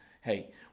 Hey